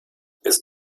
ist